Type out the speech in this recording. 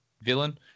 villain